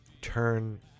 turn